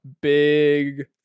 big